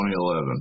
2011